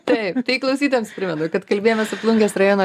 taip tai klausytojams primenu kad kalbėjomės su plungės rajono